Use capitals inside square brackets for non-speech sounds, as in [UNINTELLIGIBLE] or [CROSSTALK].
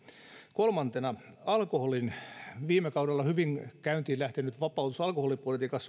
kolmantena viime kaudella hyvin käyntiin lähtenyt alkoholipolitiikan [UNINTELLIGIBLE]